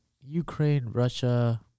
Ukraine-Russia